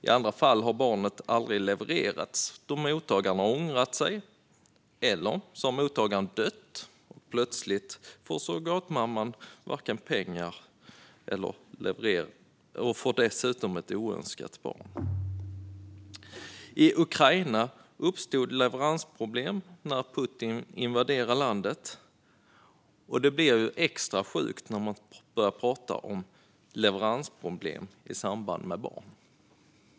I andra fall har barnet aldrig levererats, då mottagaren har ångrat sig eller dött. Plötsligt får surrogatmamman inga pengar och får dessutom ett oönskat barn. I Ukraina uppstod leveransproblem när Putin invaderade landet. Det blir ju extra sjukt när man börjar prata om leveransproblem i samband med barn.